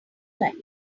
like